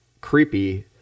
creepy